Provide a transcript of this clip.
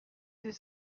deux